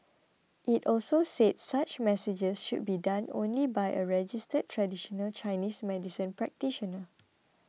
it also said such messages should be done only by a registered traditional Chinese medicine practitioner